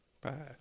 Bye